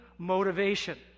motivation